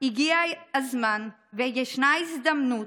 הגיע הזמן וישנה הזדמנות,